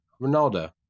Ronaldo